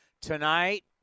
tonight